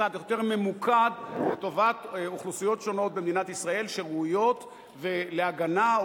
צעד יותר ממוקד לטובת אוכלוסיות שונות במדינת ישראל שראויות להגנה,